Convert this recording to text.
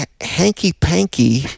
Hanky-panky